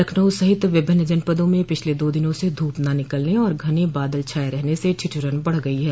लखनऊ सहित विभिन्न जनपदा में पिछले दो दिनों से धूप न निकलने और घने बादल छाये रहने से ठिठुरन बढ़ गई है